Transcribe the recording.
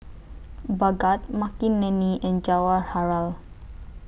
Bhagat Makineni and Jawaharlal